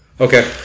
okay